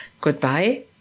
Goodbye